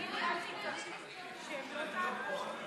הן לא פה.